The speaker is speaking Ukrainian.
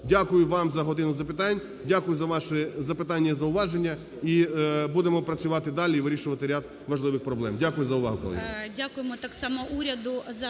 Дякую вам за "годину запитань", дякую за ваші запитанні і зауваження, і будемо працювати далі і вирішувати ряд важливих проблем. Дякую за увагу, колеги.